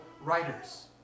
writers